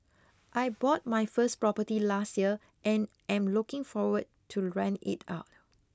I bought my first property last year and am looking forward to rent it out